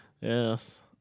Yes